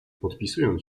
podpisując